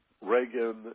Reagan